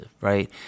right